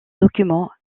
documents